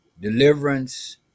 Deliverance